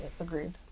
Agreed